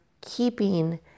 keeping